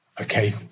okay